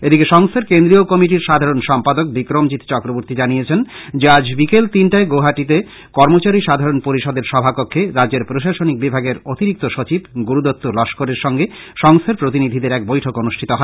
এদিকে সংস্থার কেন্দ্রীয় কমিটির সাধারন সম্পাদক বিক্রমজিত চক্রবর্তী জানিয়েছেন যে আজ বিকেলে তিনটায় গুয়াহাটীতে কর্মচারী সাধারন পরিষদের সভাকক্ষে রাজ্যের প্রশাসনিক বিভাগের অতিরিক্ত সচিব গুরুদত্ত লস্করের সঙ্গে সংস্থার প্রতিনিধিদের এক বৈঠক অনুষ্ঠিত হয়